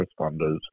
responders